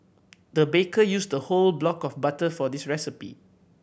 the baker used a whole block of butter for this recipe